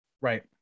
right